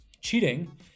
cheating